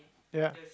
ya